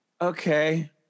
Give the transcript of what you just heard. okay